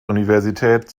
universität